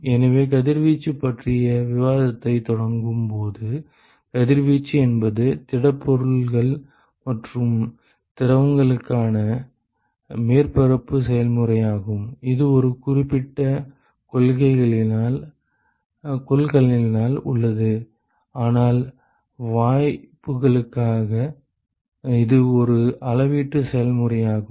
எனவே கதிர்வீச்சு பற்றிய விவாதத்தைத் தொடங்கும் போது கதிர்வீச்சு என்பது திடப்பொருள்கள் மற்றும் திரவங்களுக்கான மேற்பரப்பு செயல்முறையாகும் இது ஒரு குறிப்பிட்ட கொள்கலனில் உள்ளது ஆனால் வாயுக்களுக்கு இது ஒரு அளவீட்டு செயல்முறையாகும்